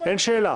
אין שאלה.